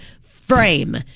frame